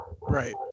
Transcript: right